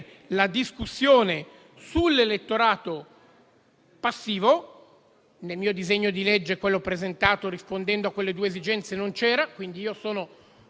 credo che siamo di fronte a una scelta abbastanza semplice. Devo dire che ho cercato di trovare una ragione - ce